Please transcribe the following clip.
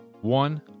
one